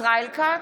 ישראל כץ,